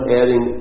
adding